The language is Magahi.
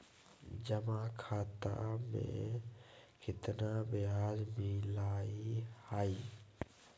जमा खाता में केतना ब्याज मिलई हई?